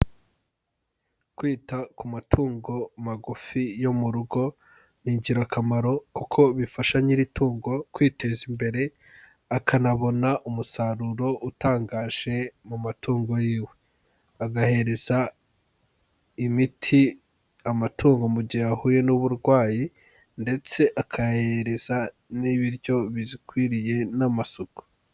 Kwita ku matungo magufi yo mu rugo ni ingirakamaro, kuko bifasha nyir'itungo kwiteza imbere, akanabona umusaruro utangaje mu matungo yiwe, agahereza imiti amatungo mu gihe ahuye n'uburwayi, ndetse akayahereza n'ibiryo bizikwiriye n'amasuku.